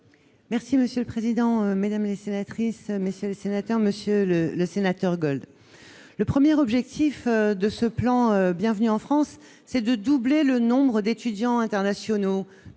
Monsieur le président, mesdames les sénatrices, messieurs les sénateurs, monsieur le sénateur Gold, le premier objectif de ce plan Bienvenue en France est de doubler le nombre d'étudiants internationaux